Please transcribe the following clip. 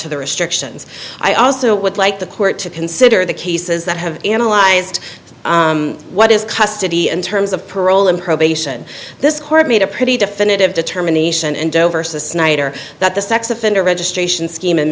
to the restrictions i also would like the court to consider the cases that have analyzed what is custody and terms of parole and probation this court made a pretty definitive determination and versus knight or that the sex offender registration scheme in